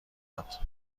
دارد